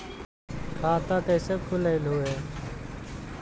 खाता कैसे खोलैलहू हे?